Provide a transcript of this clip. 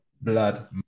blood